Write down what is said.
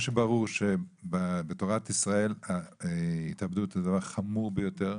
מה שברור שבתורת ישראל התאבדות זה דבר חמור ביותר,